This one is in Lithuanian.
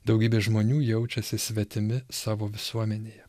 daugybė žmonių jaučiasi svetimi savo visuomenėje